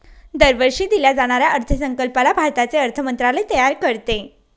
दरवर्षी दिल्या जाणाऱ्या अर्थसंकल्पाला भारताचे अर्थ मंत्रालय तयार करते